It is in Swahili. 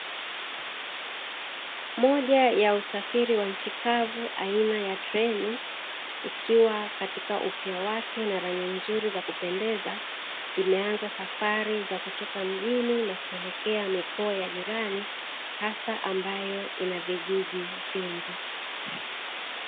Moja ya usafiri wa nchi kavu aina ya treni ikiwa katika upya wake na rangi nzuri za kupendeza, imeanza safari za kutoka mjini na kuelekea mikoa ya jirani hasa ambayo ina vijiji vingi.